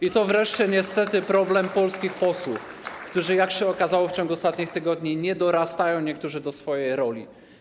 I to wreszcie niestety problem polskich posłów, którzy jak się okazało w ciągu ostatnich tygodni, nie dorastają - niektórzy - do swojej roli.